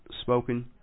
spoken